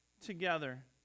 together